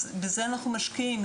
אז בזה אנחנו משקיעים,